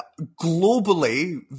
globally